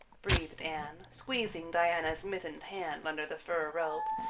breathed anne, squeezing diana's mittened hand under the fur robe,